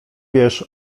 wiesz